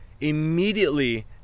immediately